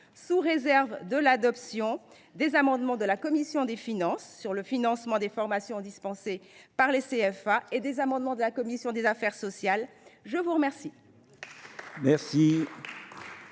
sous réserve de l’adoption des amendements de la commission des finances sur le financement des formations dispensées par les CFA et des amendements de la commission des affaires sociales. La parole